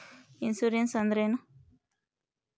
Insurance ಅಂದ್ರೇನು?